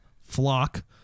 flock